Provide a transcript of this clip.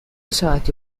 ساعتی